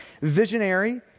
Visionary